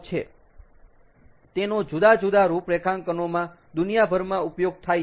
તેનો જુદા જુદા રૂપરેખાંકનોમાં દુનિયાભરમાં ઉપયોગ થાય છે